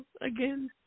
again